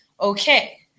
okay